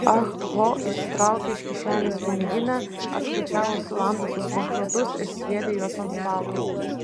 ah ho išsitraukė iš kišenės piniginę atskaičiavo sulamdytus banknotus ir sviedė juos ant stalo